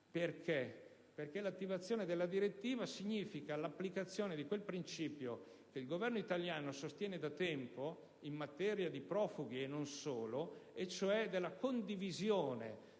Perché? Perché l'attivazione della direttiva significa l'applicazione di quel principio che il Governo italiano sostiene da tempo in materia di profughi e non solo, e cioè della condivisione